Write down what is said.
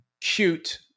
cute